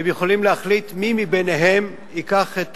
והם יכולים להחליט מי מביניהם ייקח את